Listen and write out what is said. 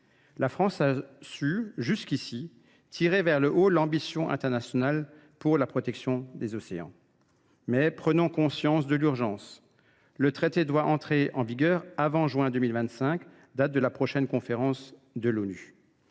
La France a su, jusqu’ici, tirer vers le haut l’ambition internationale pour la protection des océans. Mais prenons conscience de l’urgence. Le traité doit entrer en vigueur avant juin 2025, date de la prochaine conférence de l’ONU.